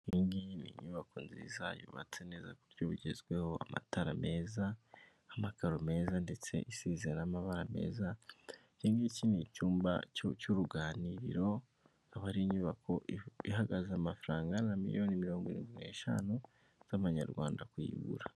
Iyi ngiyi ni inyubako nziza yubatse neza ku buryo bugezweho, amatara meza, amakaro meza ndetse isize n' amamabara meza, iki ni icyumba cy'uruganiriro, akaba ari inyubako ihagaze amafaranga angana miriyoni mirongo irindwi n'eshanu z'amanyarwanda kuyigura.